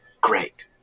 great